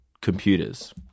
computers